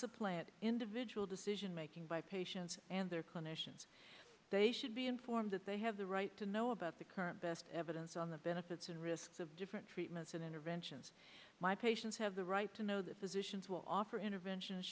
supplant individual decision making by patients and their clinicians they should be informed that they have the right to know about the current best evidence on the benefits and risks of different treatments and interventions my patients have the right to know that physicians will offer intervention